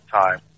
time